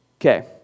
Okay